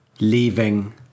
leaving